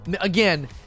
Again